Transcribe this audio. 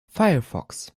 firefox